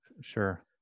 sure